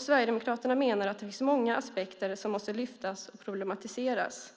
Sverigedemokraterna menar att det finns många aspekter som måste lyftas fram och problematiseras.